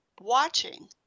watching